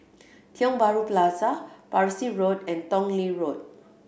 Tiong Bahru Plaza Parsi Road and Tong Lee Road